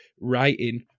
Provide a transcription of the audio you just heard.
writing